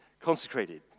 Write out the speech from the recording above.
Consecrated